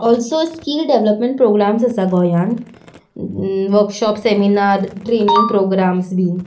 also skill development programmes आसा गोंयांत workshop seminar training programmes बीन